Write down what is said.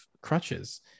crutches